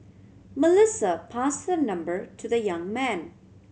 Melissa passed her number to the young man